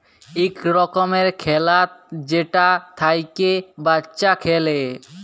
ইক রকমের খেল্লা যেটা থ্যাইকে বাচ্চা খেলে